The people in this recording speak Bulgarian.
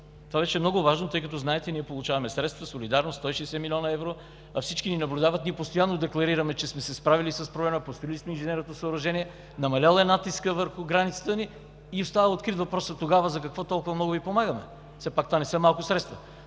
Това беше много важно, тъй като знаете – ние получаваме средства, солидарно – 160 млн. евро, а всички ни наблюдават. Ние постоянно декларираме, че сме се справили с проблема, построили сме инженерното съоръжение, намалял е натискът върху границата ни и остава открит въпроса тогава: за какво толкова много Ви помагаме? Все пак това не са малко средства.